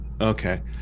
okay